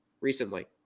recently